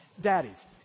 Daddies